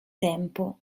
tempo